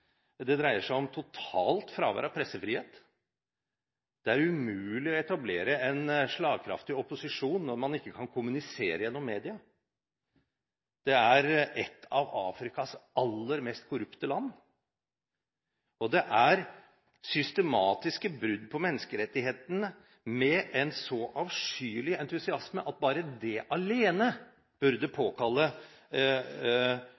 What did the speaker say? om totalt fravær av pressefrihet. Det er umulig å etablere en slagkraftig opposisjon når man ikke kan kommunisere gjennom media. Det er et av Afrikas aller mest korrupte land. Det er systematiske brudd på menneskerettighetene med en så avskyelig entusiasme at bare det alene burde